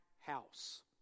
house